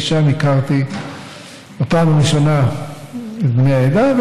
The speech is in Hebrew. שם הכרתי בפעם הראשונה את בני העדה,